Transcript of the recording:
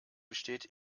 besteht